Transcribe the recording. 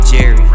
Jerry